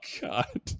God